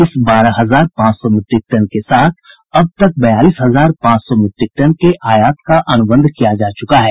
इस बारह हजार पांच सौ मीट्रिक टन के साथ अब तक बयालीस हजार पांच सौ मीट्रिक टन के आयात का अनुबंध किया जा चुका है